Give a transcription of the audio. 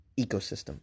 ecosystem